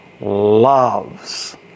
loves